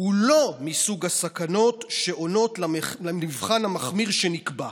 הוא לא מסוג הסכנות שעונות למבחן המחמיר שנקבע.